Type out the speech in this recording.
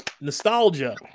nostalgia